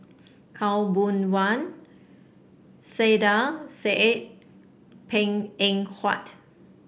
Khaw Boon Wan Saiedah Said Png Eng Huat